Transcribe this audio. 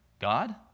God